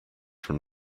from